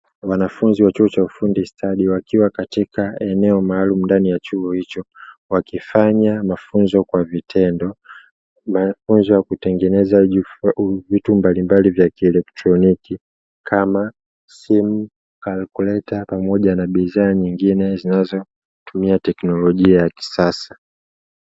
Wanafunzi wa chuo cha ufundi stadi wakiwa katika eneo maalumu ndani ya chuo hicho, wakifanya mafunzo kwa vitendo. Mafunzo ya kutengeneza vitu mbali mbali vya kieletroniki kama vile simu,”calculator “,pamoja na bidhaa nyingine zinazotumia teknolojia ya kisasa.